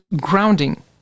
grounding